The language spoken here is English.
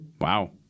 Wow